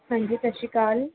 ਹਾਂਜੀ ਸਤਿ ਸ਼੍ਰੀ ਅਕਾਲ